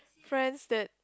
friends that